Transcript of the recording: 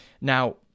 Now